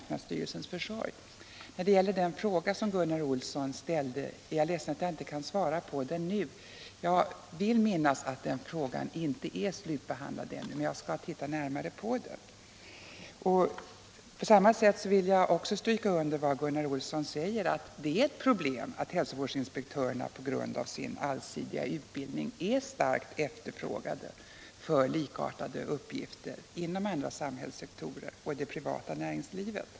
När det gäller den fråga som Gunnar Olsson ställde är jag ledsen att jag inte kan lämna ett svar just nu. Jag vill minnas att ärendet ännu inte är slutbehandlat, men jag skall undersöka närmare hur det förhåller sig med det. Jag vill också understryka Gunnar Olssons yttrande att det är ett problem att hälsovårdsinspektörerna på grund av sin allsidiga utbildning är starkt efterfrågade för likartade uppgifter inom andra samhällssektorer och inom det privata näringslivet.